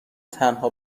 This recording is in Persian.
تنها